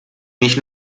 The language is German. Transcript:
mich